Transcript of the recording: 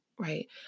Right